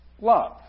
love